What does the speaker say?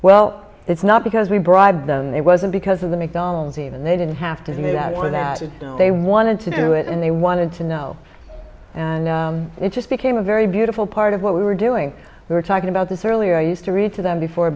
well it's not because we bribed them it wasn't because of the mcdonald's even they didn't have to do that or that they wanted to do it and they wanted to know and it just became a very beautiful part of what we were doing we were talking about this earlier i used to read to them before